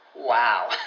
Wow